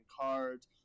cards